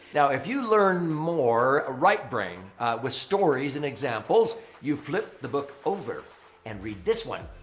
now, if you learn more ah right brain with stories and examples, you flip the book over and read this one.